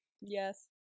Yes